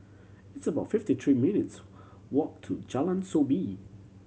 it's about fifty three minutes' walk to Jalan Soo Bee